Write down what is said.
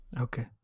Okay